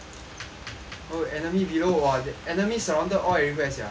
oh enemy below !wah! enemies surrounded all everywhere sia